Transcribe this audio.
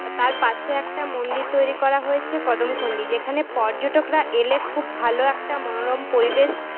তার পাশে একটা মন্দির তৈরি করা হয়েছে কদমখন্ডী যেখানে পর্যটকরা এলে খুব ভালো একটা মনোরম পরিবেশ